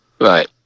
Right